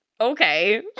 okay